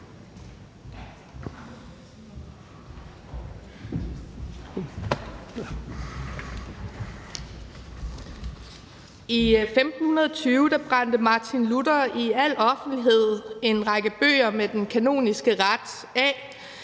I 1520 brændte Martin Luther i al offentlighed en række bøger med den kanoniske ret af,